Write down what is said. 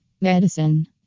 Medicine